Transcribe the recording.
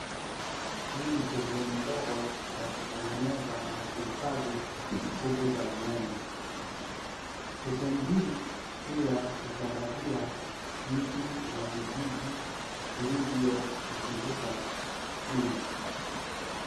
Hii ni stesheni ndogo ya kutengeneza na kuhifadhi nguvu za umeme. Stesheni hii pia husambazia mji na vijiji vilivyoizunguka stima.